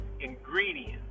ingredients